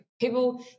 people